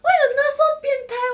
变态